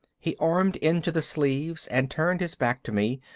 he armed into the sleeves and turned his back to me.